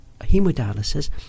hemodialysis